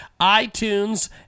iTunes